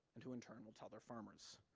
and who in turn will tell their farmers.